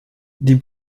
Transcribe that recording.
die